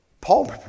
Paul